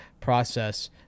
process